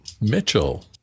Mitchell